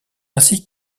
ainsi